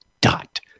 dot